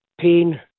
pain